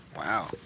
Wow